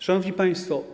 Szanowni Państwo!